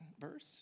verse